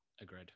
Agreed